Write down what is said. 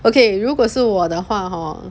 okay 如果是我的话 hor